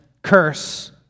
Curse